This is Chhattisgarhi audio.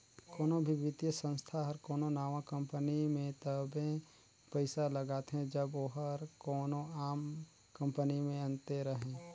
कोनो भी बित्तीय संस्था हर कोनो नावा कंपनी में तबे पइसा लगाथे जब ओहर कोनो आम कंपनी ले अन्ते रहें